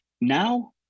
Now